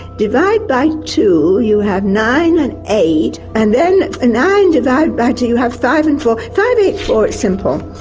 divide by two you have nine. and eight and then ah nine divided by two you have five and four, five. eight. four. it's simple.